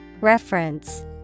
Reference